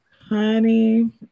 honey